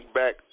back